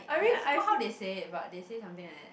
I I forgot how they say it but they say something like that